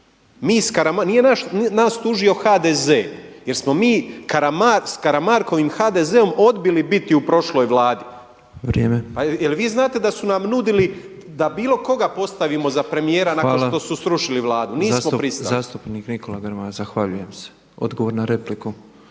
Nije nas tužio HDZ jer smo mi s Karamarkovim HDZ-om odbili biti u prošloj Vladi. Jel vi znate da su nam nudili da bilo koga postavimo za premijera nakon što su srušili Vladu. Nismo pristali. **Petrov, Božo (MOST)** Zastupnik Nikola Grmoja zahvaljujem se. Odgovor na repliku